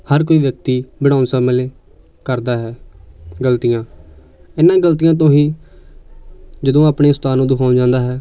ਹਰ ਕੋਈ ਵਿਅਕਤੀ ਬਣਾਉਣ ਸਮੇਂ ਲਈ ਕਰਦਾ ਹੈ ਗਲਤੀਆਂ ਇਹਨਾਂ ਗਲਤੀਆਂ ਤੋਂ ਹੀ ਜਦੋਂ ਆਪਣੇ ਉਸਤਾਦ ਨੂੰ ਦਿਖਾਉਣ ਜਾਂਦਾ ਹੈ